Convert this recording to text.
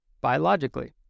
biologically